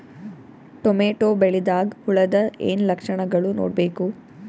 Tomato ಬೆಳಿದಾಗ್ ಹುಳದ ಏನ್ ಲಕ್ಷಣಗಳು ನೋಡ್ಬೇಕು?